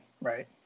right